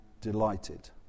delighted